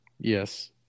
Yes